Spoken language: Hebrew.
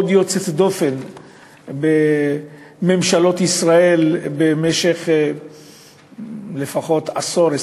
יוצאת דופן בממשלות ישראל במשך לפחות עשור,